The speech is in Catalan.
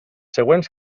següents